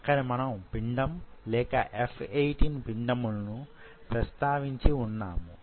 అక్కడ మనము పిండం లేక F18 పిండములను ప్రస్తావించి వున్నాము